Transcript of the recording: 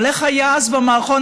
אבל איך היה אז במערכון?